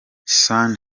sean